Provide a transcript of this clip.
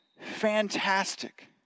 Fantastic